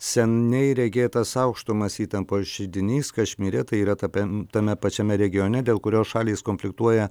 seniai regėtas aukštumas įtampos židinys kašmyre tai yra tame pačiame regione dėl kurios šalys konfliktuoja